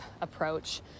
approach